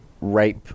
rape